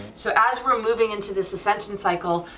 so as we're moving into this ascension cycle,